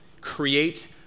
create